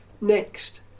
Next